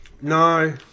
No